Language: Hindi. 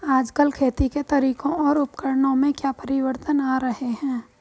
आजकल खेती के तरीकों और उपकरणों में क्या परिवर्तन आ रहें हैं?